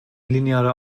linearer